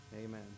Amen